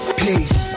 peace